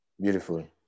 Beautiful